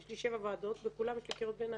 יש לי שבע ועדות, בכולן יש לי קריאות ביניים.